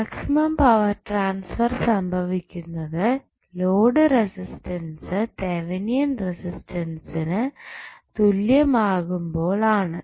maximum power transfer സംഭവിക്കുന്നത് load resistance Thevenin റെസിസ്റ്റൻസിന് തുല്യം ആകുമ്പോൾ ആണ്